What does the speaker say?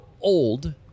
old